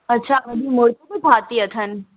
अछा वॾियूं मूर्तियूं बि ठाहियूं अथनि